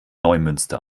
neumünster